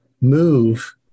move